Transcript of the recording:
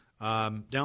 Down